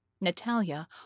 Natalia